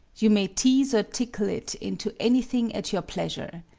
you may tease or tickle it into anything at your pleasure.